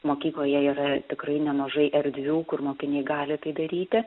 mokykloje yra tikrai nemažai erdvių kur mokiniai gali tai daryti